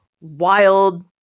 wild